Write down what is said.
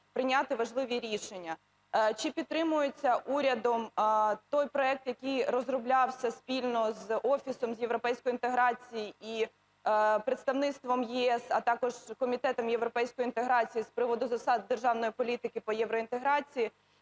прийняти важливі рішення, чи підтримується урядом той проект, який розроблявся спільно з офісом з європейської інтеграції і представництвом ЄС, а також Комітетом європейської інтеграції, з приводу засад державної політики по євроінтеграції?